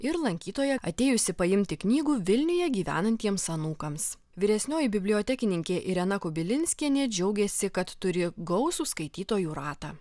ir lankytoja atėjusi paimti knygų vilniuje gyvenantiems anūkams vyresnioji bibliotekininkė irena kubilinskienė džiaugiasi kad turi gausų skaitytojų ratą